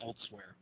elsewhere